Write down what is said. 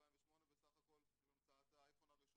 2008 בסך הכול, עם המצאת האייפון הראשון.